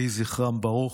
יהי זכרם ברוך.